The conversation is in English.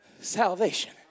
Salvation